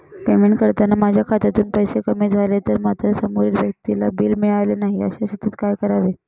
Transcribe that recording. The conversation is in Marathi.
पेमेंट करताना माझ्या खात्यातून पैसे कमी तर झाले आहेत मात्र समोरील व्यक्तीला बिल मिळालेले नाही, अशा स्थितीत काय करावे?